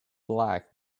black